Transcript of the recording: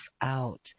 out